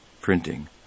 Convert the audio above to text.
printing